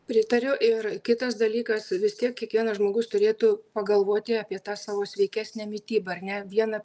pritariu ir kitas dalykas vis tiek kiekvienas žmogus turėtų pagalvoti apie tą savo sveikesnę mitybą ar ne vieną